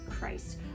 Christ